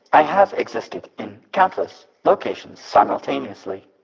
i have existed in countless locations simultaneously,